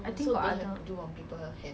I think for other